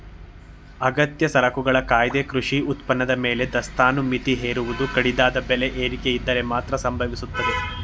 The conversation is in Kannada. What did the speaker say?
ಅಗತ್ಯ ಸರಕುಗಳ ಕಾಯ್ದೆ ಕೃಷಿ ಉತ್ಪನ್ನದ ಮೇಲೆ ದಾಸ್ತಾನು ಮಿತಿ ಹೇರುವುದು ಕಡಿದಾದ ಬೆಲೆ ಏರಿಕೆಯಿದ್ದರೆ ಮಾತ್ರ ಸಂಭವಿಸ್ತದೆ